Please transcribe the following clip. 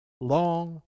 long